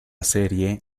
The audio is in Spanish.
serie